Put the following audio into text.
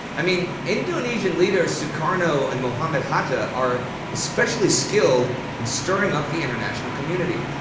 i mean, indonesian leaders sukarno and mohammed hatta are especially skilled in stirring up the international community.